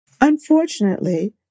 Unfortunately